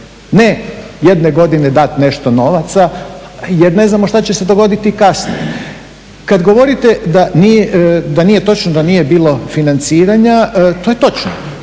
Ne, jedne godine dati nešto novaca jer ne znamo što će se dogoditi kasnije. Kad govorite da nije točno da nije bilo financiranja to je točno.